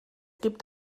gibt